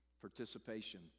participation